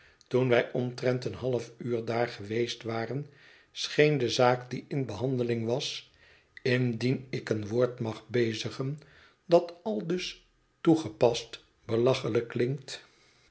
toen wij omtrent een half uur daar geweest waren scheen de zaak die in behandeling was indien ik een woord mag bezigen dat aldus toegepast belachelijk klinkt